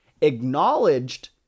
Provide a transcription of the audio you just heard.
acknowledged